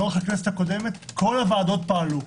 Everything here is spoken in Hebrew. לאורך הכנסת הקודמת כל הוועדות פעלו,